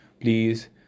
please